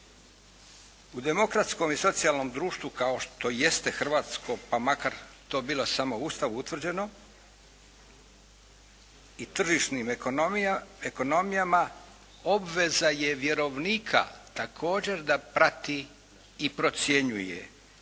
U demokratskom i socijalnom društvu, kao što jeste hrvatsko, pa makar to bilo samo u Ustavu utvrđeno i tržišnim ekonomijama obveza je vjerovnika također da prati i procjenjuje